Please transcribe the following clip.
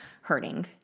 hurting